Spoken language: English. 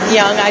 young